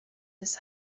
his